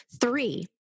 Three